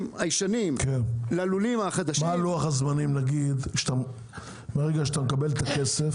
הישנים ללולים החדשים --- מה לוח הזמנים מהרגע שבו אתה מקבל את הכסף?